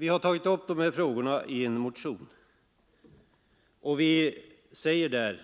Vi har tagit upp dessa frågor i en motion där